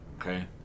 Okay